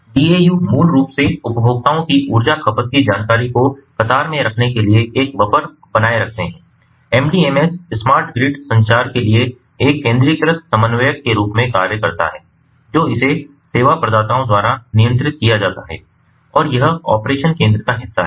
DAU मूल रूप से उपभोक्ताओं की ऊर्जा खपत की जानकारी को कतार में रखने के लिए एक बफर बनाए रखते हैं MDMS स्मार्ट ग्रिड संचार के लिए एक केंद्रीकृत समन्वयक के रूप में कार्य करता है जो इसे सेवा प्रदाताओं द्वारा नियंत्रित किया जाता है और यह ऑपरेशन केंद्र का हिस्सा है